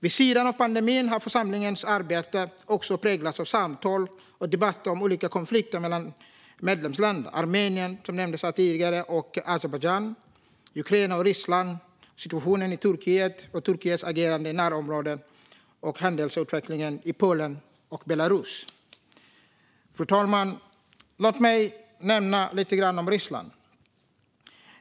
Vid sidan av pandemin har församlingens arbete också präglats av samtal och debatter om olika konflikter mellan medlemsländer. Det handlar om Armenien, som nämndes här tidigare, och Azerbajdzjan, Ukraina och Ryssland, situationen i Turkiet och Turkiets agerande i närområdet och händelseutvecklingen i Polen och Belarus. Fru talman! Låt mig nämna lite grann om Ryssland.